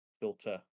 filter